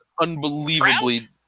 Unbelievably